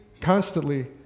constantly